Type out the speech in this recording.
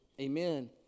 Amen